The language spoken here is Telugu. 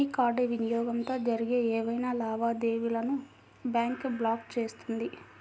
మీ కార్డ్ వినియోగంతో జరిగే ఏవైనా లావాదేవీలను బ్యాంక్ బ్లాక్ చేస్తుంది